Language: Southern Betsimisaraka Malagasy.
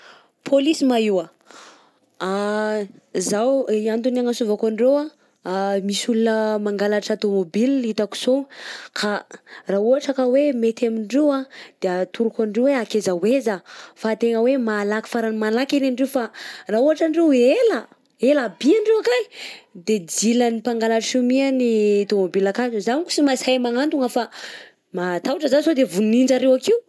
Polisy ma io a? _x000D_ Zao i antony anatsovako andreo a, misy olona mangalatra tômôbila itako sô ka raha ohatra ka oe mety amdrô a, de atoroko amindreo oe akeza ho eza fa tena hoe malaky farany malaky anie ndrô fa raha ohatra andro ela ela bi ndreo any, de dilan'ny mpangalatra eo my ny tômôbila akato, zaho mantsy sy mahasahy magnantona fa matahotra za sode vonin-jareo akeo.